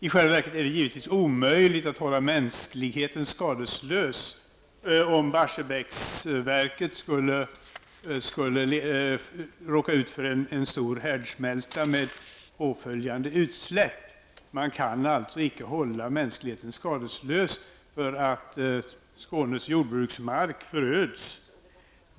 I själva verket är det omöjligt att hålla mänskligheten skadeslös om Barsebäcksverket skulle råka ut för en härdsmälta med påföljande utsläpp. Man kan inte hålla mänskligheten skadeslös om Skånes jordbruksmark förröds.